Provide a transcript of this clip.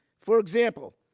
for example,